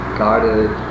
guarded